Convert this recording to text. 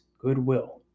goodwill